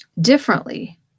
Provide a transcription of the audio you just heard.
differently